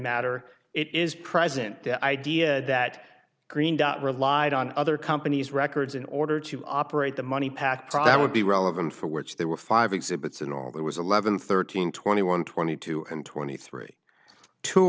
matter it is present the idea that green dot relied on other companies records in order to operate the money packrat would be relevant for which there were five exhibits in all there was eleven thirteen twenty one twenty two and twenty three two